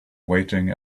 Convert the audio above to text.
waiting